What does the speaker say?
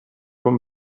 from